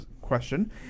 question